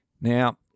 Now